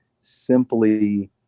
simply